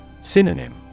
Synonym